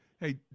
hey